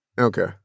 Okay